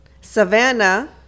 savannah